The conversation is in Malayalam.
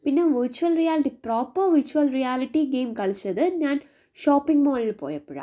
പിന്നെ virtual reality proper virtual reality game കളിച്ചത് ഞാൻ ഷോപ്പിംഗ് മോളിൽ പോയപ്പഴാണ്